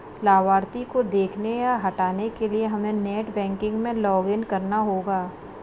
लाभार्थी को देखने या हटाने के लिए हमे नेट बैंकिंग में लॉगिन करना होगा